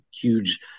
huge